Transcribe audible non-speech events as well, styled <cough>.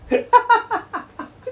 <laughs>